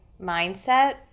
mindset